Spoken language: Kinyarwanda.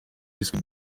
yiswe